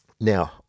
Now